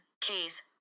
keys